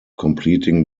completing